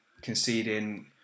conceding